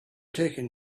taken